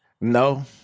No